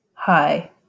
Hi